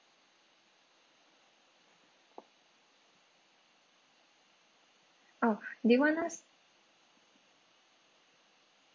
oh do you want us